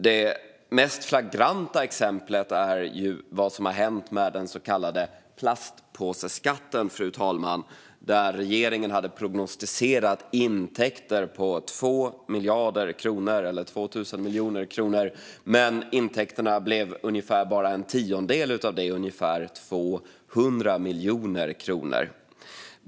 Det mest flagranta exemplet är vad som har hänt med den så kallade plastpåseskatten, fru talman. Där hade regeringen prognosticerat intäkter på 2 miljarder kronor, eller 2 000 miljoner kronor. Men intäkterna blev bara ungefär en tiondel av det, ungefär 200 miljoner kronor.